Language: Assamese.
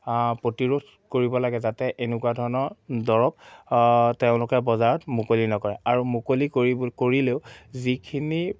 প্ৰতিৰোধ কৰিব লাগে যাতে এনেকুৱা ধৰণৰ দৰৱ তেওঁলোকে বজাৰত মুকলি নকৰে আৰু মুকলি কৰিব কৰিলেও যিখিনি